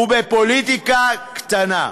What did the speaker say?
ובפוליטיקה קטנה,